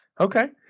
Okay